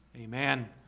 amen